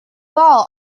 ball